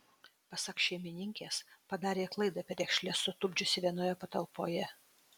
pasak šeimininkės padarė klaidą perekšles sutupdžiusi vienoje patalpoje